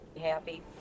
Happy